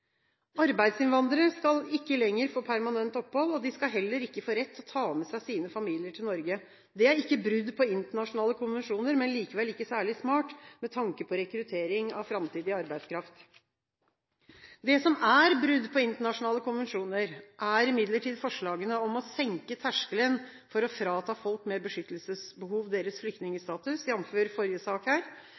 Arbeidsinnvandrere skal ikke lenger få permanent opphold. De skal heller ikke få rett til å ta med seg sine familier til Norge. Det er ikke brudd på internasjonale konvensjoner, men likevel ikke særlig smart, med tanke på rekruttering av framtidig arbeidskraft. Det som er brudd på internasjonale konvensjoner, er imidlertid forslagene om å senke terskelen for å frata folk med beskyttelsesbehov deres flyktningstatus, jf. forrige sak,